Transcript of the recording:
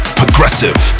progressive